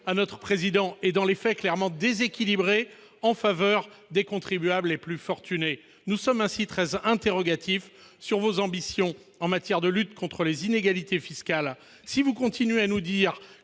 à notre Président, est dans les faits clairement déséquilibrée en faveur des contribuables les plus fortunés. Nous nous interrogeons sur vos ambitions en matière de lutte contre les inégalités fiscales. Si vous continuez à nous dire,